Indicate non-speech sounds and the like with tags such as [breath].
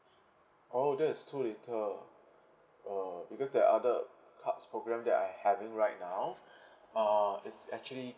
oh that is too little uh because there are other cards program that I having right [breath] uh it's actually